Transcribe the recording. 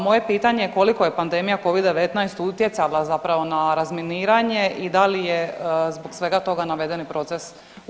Moje pitanje koliko je pandemija covid-19 utjecala zapravo na razminiranje i da li je zbog svega toga navedeni proces usporen?